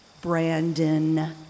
Brandon